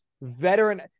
veteran –